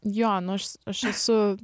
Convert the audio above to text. jo nu aš aš esu